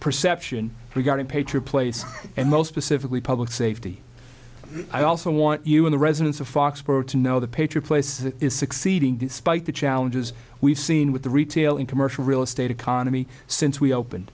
perception regarding patriot place and most specifically public safety i also want you in the residents of foxboro to know the pitcher place is succeeding despite the challenges we've seen with the retail in commercial real estate economy since we open